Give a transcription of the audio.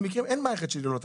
אין מערכת שהיא ללא תקלות.